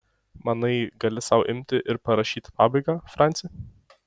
manai gali sau imti ir parašyti pabaigą franci